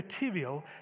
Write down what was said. material